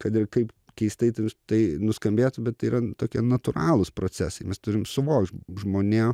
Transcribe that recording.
kad ir kaip keistai tai tai nuskambėtų bet tai yra tokie natūralūs procesai mes turim suvokt žmonėm